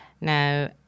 Now